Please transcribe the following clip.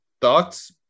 thoughts